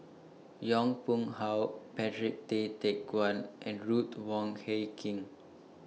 Yong Pung How Patrick Tay Teck Guan and Ruth Wong Hie King